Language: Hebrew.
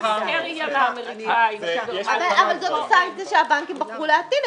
היסטריה --- אבל זאת הסנקציה שהבנקים בחרו להטיל.